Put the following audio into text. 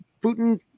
Putin